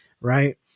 Right